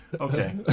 Okay